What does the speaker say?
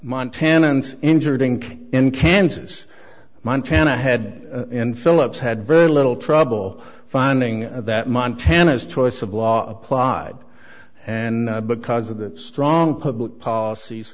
montana and injured inc in kansas montana had in phillips had very little trouble finding that montana's choice of law applied and because of the strong public policies